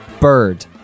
Bird